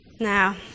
Now